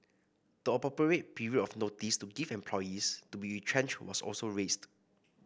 the appropriate period of notice to give employees to be retrenched was also raised